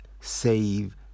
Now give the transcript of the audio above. save